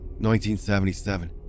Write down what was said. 1977